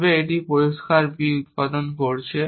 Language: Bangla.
তবে এটি পরিষ্কার b উত্পাদন করছে